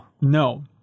No